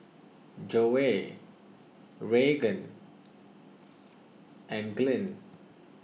Joey Raegan and Glynn